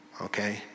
Okay